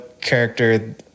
character